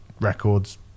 records